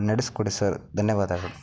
ನೆಡೆಸ್ಕೊಡಿ sir ಧನ್ಯವಾದಗಳು